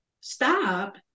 stop